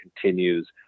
continues